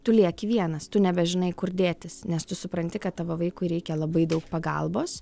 tu lieki vienas tu nebežinai kur dėtis nes tu supranti kad tavo vaikui reikia labai daug pagalbos